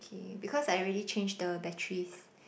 K because I already change the batteries